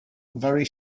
very